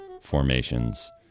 formations